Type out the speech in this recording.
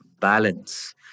balance